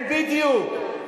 כן, בדיוק.